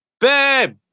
Babe